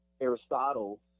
aristotle